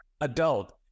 adult